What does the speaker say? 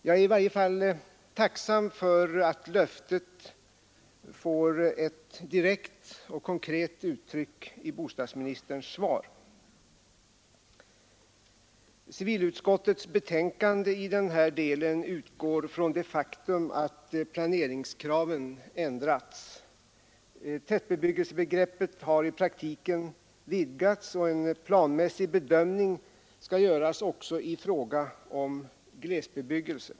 Jag är i varje fall tacksam för att löftet får ett direkt och konkret uttryck i bostadsministerns svar. Civilutskottets betänkande i den här delen utgår från det faktum att planeringskraven ändrats. Tätbebyggelsebegreppet har i praktiken vidgats och en planmässig bedömning skall göras också i fråga om glesbebyggelse.